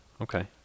okay